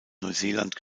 neuseeland